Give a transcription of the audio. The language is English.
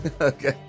okay